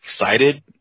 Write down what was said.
excited